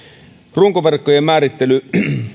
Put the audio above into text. runkoverkkojen määrittely